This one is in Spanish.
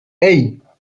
hey